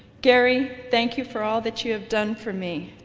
gary thank you for all that you have done for me.